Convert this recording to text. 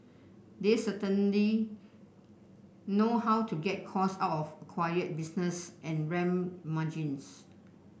they certainly know how to get costs out of acquired business and ramp margins